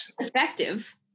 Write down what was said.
Effective